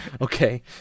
Okay